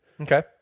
Okay